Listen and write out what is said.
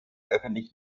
öffentlich